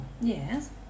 yes